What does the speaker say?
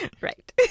Right